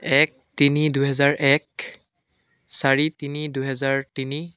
এক তিনি দুহেজাৰ এক চাৰি তিনি দুহেজাৰ তিনি